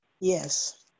Yes